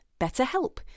BetterHelp